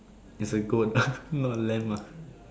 it's a goat ah not lamb ah